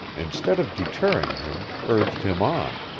instead of deterring him, urged him on.